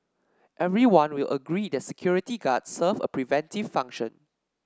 everyone will agree that security guards serve a preventive function